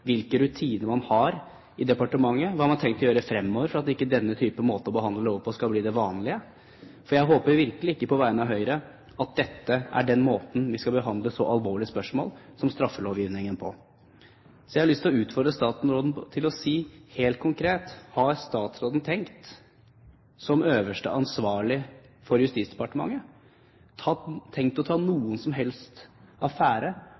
hvilke rutiner man har i departementet, hva man har tenkt å gjøre fremover for at ikke denne måten å behandle lover på skal bli det vanlige. På vegne av Høyre håper jeg virkelig ikke at dette er måten vi skal behandle så alvorlige spørsmål som straffelovgivningen på. Jeg har lyst til å utfordre statsråden til å si helt konkret om han, som den øverste ansvarlige for Justisdepartementet, i det hele tatt har tenkt å ta affære